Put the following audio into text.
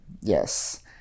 Yes